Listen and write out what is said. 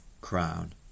crown